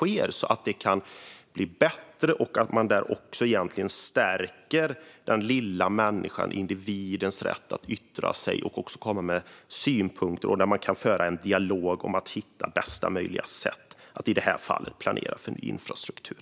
Det handlar om att detta ska kunna bli bättre och egentligen också om att stärka den lilla människans - individens - rätt att yttra sig och komma med synpunkter. Det ska gå att föra en dialog om att hitta bästa möjliga sätt att, i det här fallet, planera för ny infrastruktur.